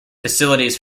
facilities